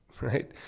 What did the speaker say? right